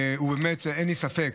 באמת אין לי ספק,